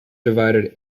divided